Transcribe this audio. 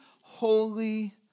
holy